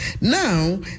Now